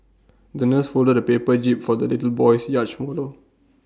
the nurse folded A paper jib for the little boy's yacht model